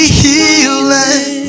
healing